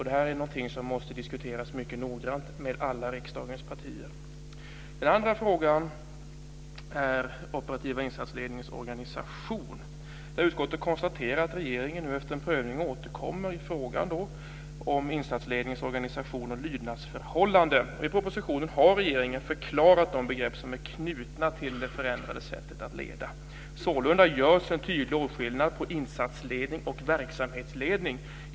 Det är något som måste diskuteras mycket noggrant med alla riksdagens partier. Det andra området är den operativa insatsledningens organisation. Utskottet konstaterar att regeringen efter en prövning återkommer i frågan om insatsledningens organisation och lydnadsförhållanden. Regeringen har i propositionen förklarat de begrepp som är knutna till det förändrade sättet att leda. Sålunda görs en tydlig åtskillnad på insatsledning och verksamhetsledning.